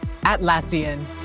Atlassian